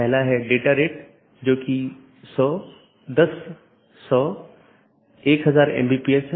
तो यह दूसरे AS में BGP साथियों के लिए जाना जाता है